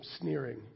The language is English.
sneering